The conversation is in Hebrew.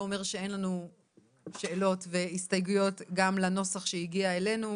לא אומר שאין לנו שאלות והסתייגויות גם לנוסח שהגיע אלינו.